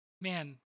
Man